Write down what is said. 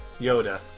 Yoda